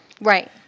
Right